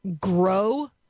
grow